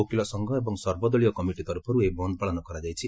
ଓକିଲ ସଂଘ ଏବଂ ସର୍ବଦଳୀୟ କମିଟି ତରଫରୁ ଏହି ବନ୍ଦ ପାଳନ କରାଯାଇଛି